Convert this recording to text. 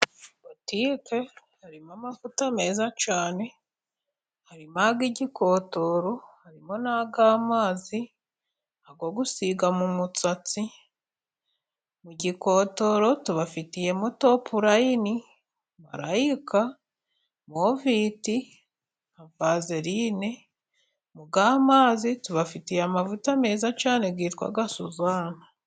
Botike harimo amavuta meza cyane harimo ay'igikotoro, harimo n'ayamazi ayo gusiga mu musatsi, mu gikotoro tubafitiyemo topurayini, malayika, moviti na vazerine aya mazi tubafitiyemo amavuta meza cyane twitwa suzana.